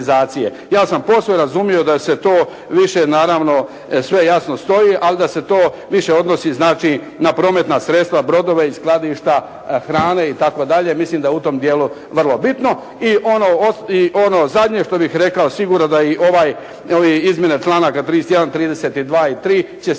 Ja sam posve razumio da se to više naravno sve jasno stoji, ali da se to više odnosi znači na prometna sredstva, brodove i skladišta hrane itd., mislim da je u tom dijelu vrlo bitno. I ono zadnje što bih rekao, sigurno da i ovaj ove izmjene članka 31., 32. i 33. će